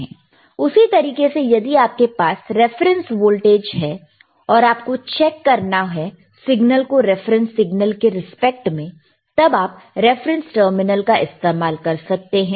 उसी तरीके से यदि आपके पास रेफरेंस वोल्टेज है और आपको चेक करना है सिग्नल को रिफरेंस सिग्नल के रिस्पेक्ट में तब आप रिफरेंस टर्मिनल का इस्तेमाल कर सकते हैं